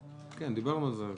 כן, דיברנו על זה.